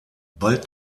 bald